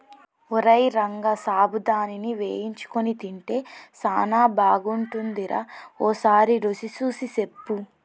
ఓరై రంగ సాబుదానాని వేయించుకొని తింటే సానా బాగుంటుందిరా ఓసారి రుచి సూసి సెప్పు